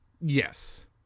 Yes